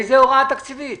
איזו הוראה תקציבית?